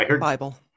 Bible